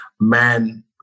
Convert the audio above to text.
man